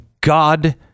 God